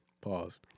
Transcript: Pause